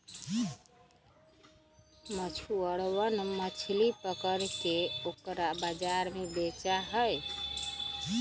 मछुरवन मछली पकड़ के ओकरा बाजार में बेचा हई